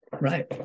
Right